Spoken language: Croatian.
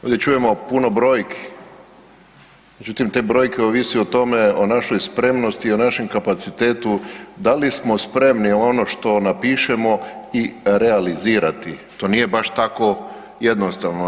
Ovdje čujemo puno brojki, međutim te brojke ovise o tome, o našoj spremnosti o našem kapacitetu da li smo spremni ono što napišemo i realizirati, to nije baš tako jednostavno.